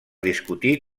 discutir